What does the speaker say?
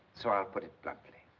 so i'll put it bluntly.